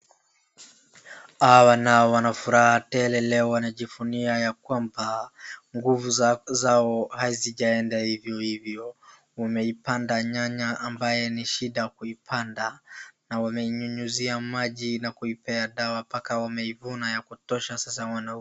Hawa nao wanafuraha tele leo wanajivunia ya kwamba nguvu zao hazijaenda hivyo hivyo. Wameipanda nyanya ambayo ni shida kuipanda na wameinyunyuzia maji na kuipea dawa mpaka wameivuna ya kutosha sasa wanauza.